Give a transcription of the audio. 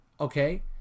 Okay